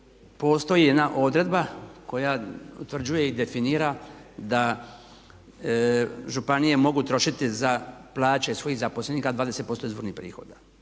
postoji jedna odredba koja utvrđuje i definira da županije mogu trošiti za plaće svojih zaposlenika 20% izvornih prihoda.